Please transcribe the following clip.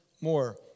more